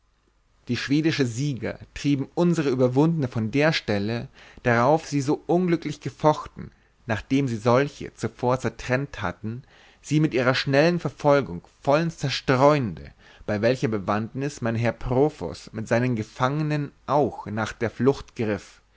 die schwedische sieger trieben unsere überwundene von der stelle darauf sie so unglücklich gefochten nachdem sie solche zuvor zertrennt hatten sie mit ihrer schnellen verfolgung vollends zerstreuende bei welcher bewandnus mein herr profos mit seinen gefangenen auch nach der flucht